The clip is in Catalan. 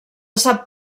sap